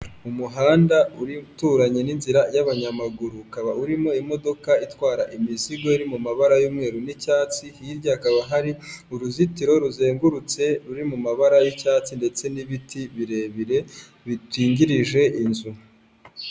Umuhanda uri uturanye n'inzira y'abanyamaguru ukaba urimo imodoka itwara imizigo iri mu mabara y'umweru n'icyatsi, hirya hakaba hari uruzitiro ruzengurutse ruri mu mabara y'icyatsi ndetse n'ibiti birebire bikingirije inzu.